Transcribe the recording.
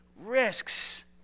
risks